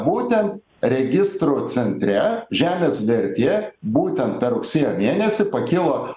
būtent registrų centre žemės vertė būtent per rugsėjo mėnesį pakilo